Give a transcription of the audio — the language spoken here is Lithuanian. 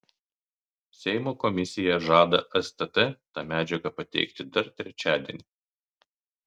seimo komisija žada stt tą medžiagą pateikti dar trečiadienį